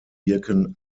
wirken